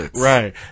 right